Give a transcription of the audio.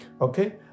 Okay